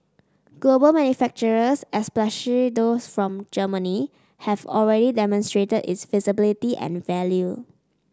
global manufacturers especially those from Germany have already demonstrated its feasibility and value